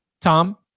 Tom